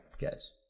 guys